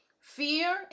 fear